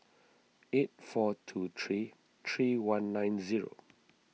eight four two three three one nine zero